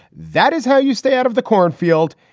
that is how you stay out of the cornfield.